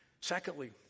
Secondly